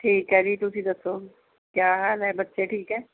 ਠੀਕ ਹੈ ਜੀ ਤੁਸੀਂ ਦੱਸੋ ਕਿਆ ਹਾਲ ਹੈ ਬੱਚੇ ਠੀਕ ਹੈ